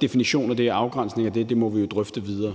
definition og afgrænsning af det må vi jo drøfte videre.